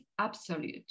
absolute